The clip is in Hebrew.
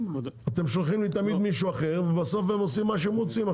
אתם שולחים לי תמיד מישהו אחר ובסוף חברות הביטוח עושים מה שהם רוצים.